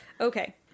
Okay